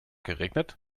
geregnet